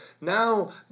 Now